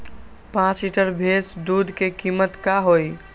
पाँच लीटर भेस दूध के कीमत का होई?